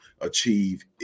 achieve